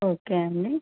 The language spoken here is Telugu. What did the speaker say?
ఓకే అండి